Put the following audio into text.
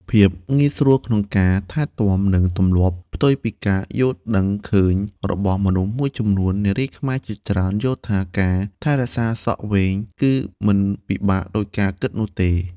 ភាពងាយស្រួលក្នុងការថែទាំ និងទម្លាប់ ផ្ទុយពីការយល់ឃើញរបស់មនុស្សមួយចំនួន នារីខ្មែរជាច្រើនយល់ថាការថែរក្សាសក់វែងគឺមិនពិបាកដូចការគិតនោះទេ។